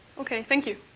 ok, thank you!